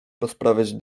rozprawiać